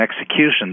execution